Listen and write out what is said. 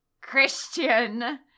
Christian